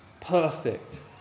perfect